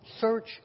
Search